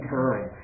time